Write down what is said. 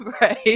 right